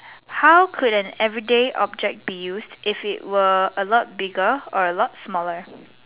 how could an everyday object be used if it was a lot bigger or a lot smaller